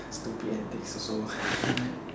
stupid antics also I like